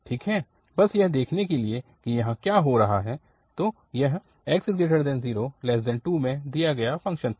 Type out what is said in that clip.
ठीक है बस यह देखने के लिए कि यहाँ क्या हो रहा है तो यह 0x2 में दिया गया फंक्शन था